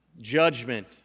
judgment